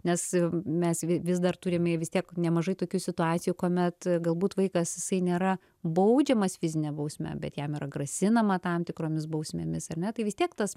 nes mes vis dar turime vis tiek nemažai tokių situacijų kuomet galbūt vaikas jisai nėra baudžiamas fizine bausme bet jam yra grasinama tam tikromis bausmėmis ar ne tai vis tiek tas